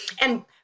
And-